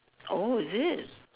oh is it